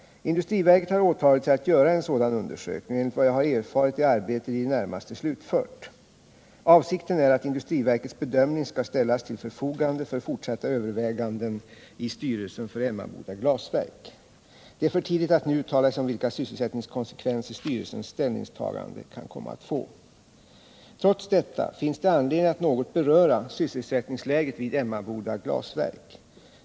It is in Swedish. Industriverket har åtagit sig att göra en sådan undersökning, och enligt vad jag har erfarit är arbetet i det närmaste slutfört. Avsikten är att industriverkets bedömning skall ställas till förfogande för fortsatta överväganden i styrelsen för Emmaboda Glasverk. Det är för tidigt att nu uttala sig om vilka sysselsättningskonsekvenser styrelsens ställningstagande kan komma att få. Trots detta finns det anledning att något beröra sysselsättningsläget vid Emmaboda Glasverk.